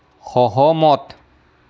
সহমত